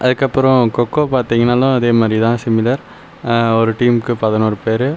அதுக்கப்புறம் கோக்கோ பார்த்தீங்கனாலும் அதே மாதிரி தான் ஸிமிலர் ஒரு டீமுக்கு பதினொரு பேர்